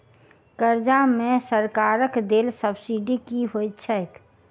कर्जा मे सरकारक देल सब्सिडी की होइत छैक?